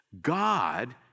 God